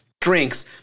drinks